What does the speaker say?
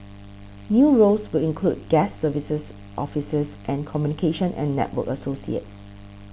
new roles will include guest services officers and communication and network associates